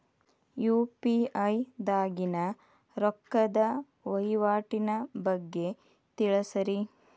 UPI ದಾಗಿನ ರೊಕ್ಕದ ವಹಿವಾಟಿನ ಬಗ್ಗೆ ತಿಳಸ್ರಿ